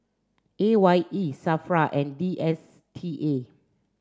A Y E SAFRA and D S T A